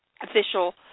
official